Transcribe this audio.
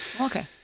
Okay